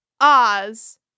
Oz